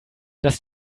dass